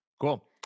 cool